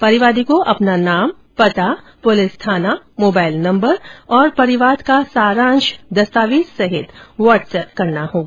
परिवादी को अपना नाम पता पुलिस थाना मोबाइल नंबर और परिवाद का सारांक्ष दस्तावेज सहित व्हाट्सएप करना होगा